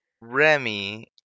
remy